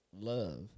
love